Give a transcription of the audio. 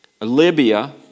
Libya